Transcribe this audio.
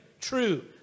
true